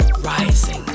rising